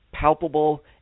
palpable